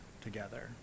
together